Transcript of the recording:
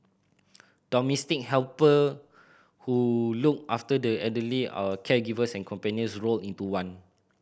domestic helper who look after the elderly are caregivers and companions rolled into one